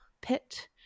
pit